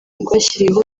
rwashyiriweho